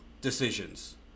decisions